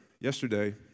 yesterday